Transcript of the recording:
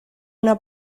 una